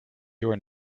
your